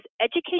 education